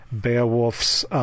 Beowulf's